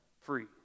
free